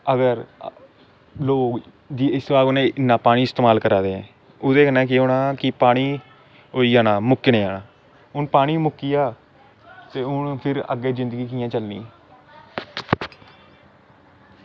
अगर लोग सेवन इन्ना पानी इस्तेमाल करा दे ओह्दे कन्नै केह् होना की पानी मुक्की जाना हून पानी मुक्की गेआ ते हून फिर अग्गें जिंदगी कियां चलनी